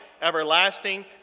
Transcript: everlasting